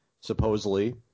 supposedly